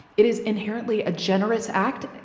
it is inherently a generous act.